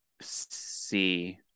see